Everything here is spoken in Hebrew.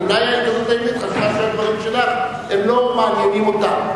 אולי העיתונות העברית חשבה שהדברים שלך לא מעניינים אותם.